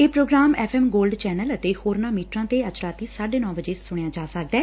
ਇਹ programme F M gold channel ਅਤੇ ਹੋਰਨਾਂ ਮੀਟਰਾਂ ਤੇ ਅੱਜ ਰਾਤੀਂ ਸਾਢੇ ਨੌ ਵਜੇ ਸੁਣਿਆ ਜਾ ਸਕਦੈ